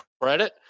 credit